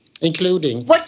including